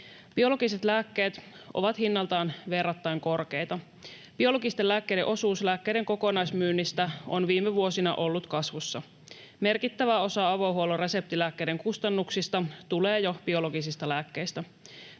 Biologiset lääkkeet ovat hinnaltaan verrattain korkeita. Biologisten lääkkeiden osuus lääkkeiden kokonaismyynnistä on ollut viime vuosina kasvussa. Merkittävä osa avohuollon reseptilääkkeiden kustannuksista tulee jo biologisista lääkkeistä.